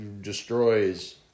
destroys